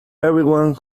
everyone